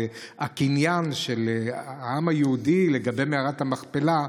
והקניין של העם היהודי לגבי מערת המכפלה,